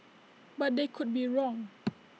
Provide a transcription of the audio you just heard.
but they could be wrong